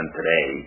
today